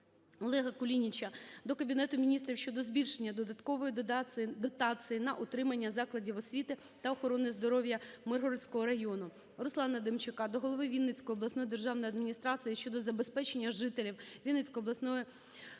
Олега Кулініча до Кабінету Міністрів щодо збільшення додаткової дотації на утримання закладів освіти та охорони здоров'я Миргородського району. Руслана Демчака до голови Вінницької обласної державної адміністрації щодо забезпечення жителів Вінницької області